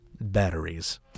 batteries